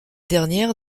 dernières